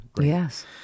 Yes